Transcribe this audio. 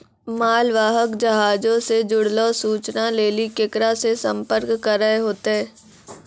मालवाहक जहाजो से जुड़लो सूचना लेली केकरा से संपर्क करै होतै?